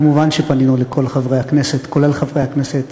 מובן שפנינו אל כל חברי הכנסת, כולל חברי הכנסת